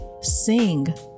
sing